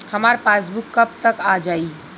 हमार पासबूक कब तक आ जाई?